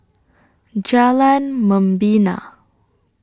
Jalan Membina